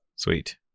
sweet